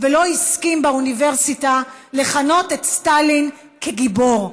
ולא הסכים באוניברסיטה לכנות את סטלין גיבור,